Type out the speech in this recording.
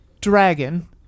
dragon